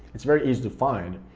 it's very easy to find,